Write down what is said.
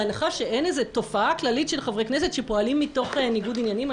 בהנחה שאין איזו תופעה כללית של חברי כנסת שפועלים מתוך ניגוד עניינים,